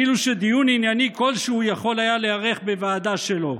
כאילו שדיון ענייני כלשהו יכול היה להיערך בוועדה שלו.